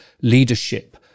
leadership